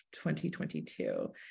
2022